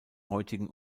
heutigen